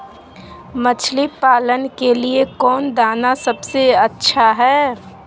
मछली पालन के लिए कौन दाना सबसे अच्छा है?